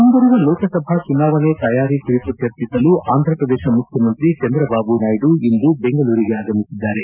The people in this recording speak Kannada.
ಮುಂಬರುವ ಲೋಕಸಭಾ ಚುನಾವಣೆ ತಯಾರಿ ಕುರಿತು ಚರ್ಚಿಸಲು ಆಂಧಪ್ರದೇಶ ಮುಖ್ಯಮಂತ್ರಿ ಚಂದ್ರಬಾಬು ನಾಯ್ದು ಇಂದು ಬೆಂಗಳೂರಿಗೆ ಆಗಮಿಸಿದ್ದಾರೆ